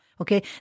okay